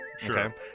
Sure